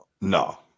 No